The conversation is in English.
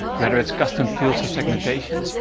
whether it's custom fields or segmentation,